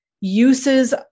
uses